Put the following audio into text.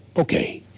ok.